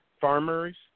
Farmers